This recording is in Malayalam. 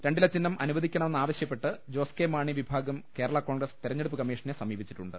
രണ്ടില ചിഹ്നം അനുവദിക്കണമെന്നാവശ്യപ്പെട്ട് ജോസ് കെ മാണി വിഭാഗം കേരള കോൺഗ്രസ് തിരഞ്ഞെടുപ്പു കമ്മീഷനെ സമീപിച്ചിട്ടുണ്ട്